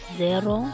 zero